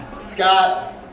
Scott